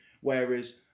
whereas